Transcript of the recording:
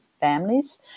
families